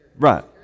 Right